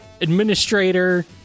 administrator